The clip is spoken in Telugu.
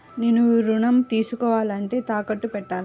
నేను ఋణం తీసుకోవాలంటే తాకట్టు పెట్టాలా?